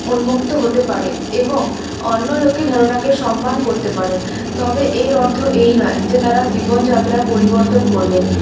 উন্মুক্ত হতে পারে এবং অন্য লোকের ধারণাকে সম্মান করতে পারে তবে এর অর্থ এই নয় যে তারা জীবনযাত্রা পরিবর্তন করবে